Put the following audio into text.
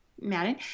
Madden